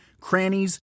crannies